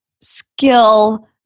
skill